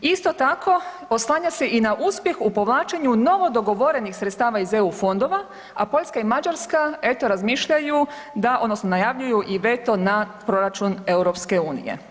Isto tako oslanja se i na uspjeh u povlačenju novo dogovorenih sredstava iz EU fondova, a Poljska i Mađarska eto razmišljaju da, odnosno najavljuju i veto na proračun EU.